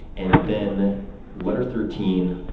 and then letter thirteen,